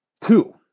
Two